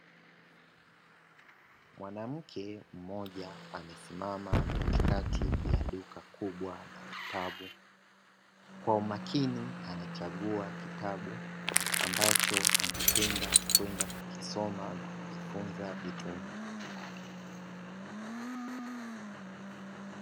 Mwanamke mmoja amesimama katikati ya duka kubwa la vitabu, kwa umakini anachagua kitabu ambacho angependa kwenda kukisoma na kujifunza vitu mbalimbali.